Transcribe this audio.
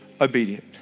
obedient